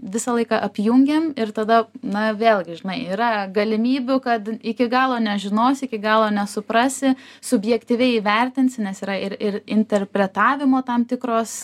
visą laiką apjungiam ir tada na vėlgi žinai yra galimybių kad iki galo nežinosi iki galo nesuprasi subjektyviai įvertinsi nes yra ir ir interpretavimo tam tikros